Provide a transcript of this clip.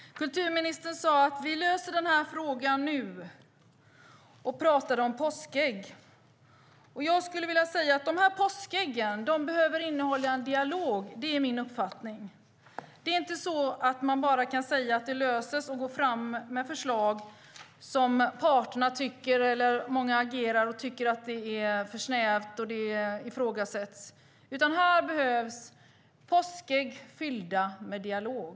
Kulturministern sade att vi löser den här frågan nu och pratade om påskägg. Jag skulle vilja säga att de påskäggen behöver innehålla en dialog. Det är min uppfattning. Man kan inte bara säga att det löser sig och gå framåt med förslag som många av parterna tycker är för snäva och ifrågasätter, utan här behövs påskägg fyllda med dialog.